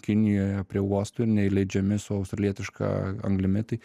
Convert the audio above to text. kinijoje prie uostų ir neįleidžiami su australietiška anglimi tai